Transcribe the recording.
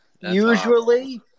Usually